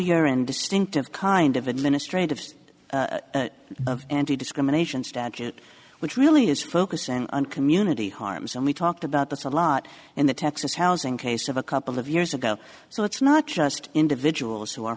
and distinctive kind of administrative antidiscrimination statut which really is focusing on community harms and we talked about this a lot in the texas housing case of a couple of years ago so it's not just individuals who are